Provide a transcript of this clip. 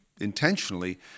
intentionally